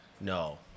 No